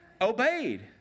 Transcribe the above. obeyed